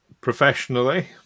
Professionally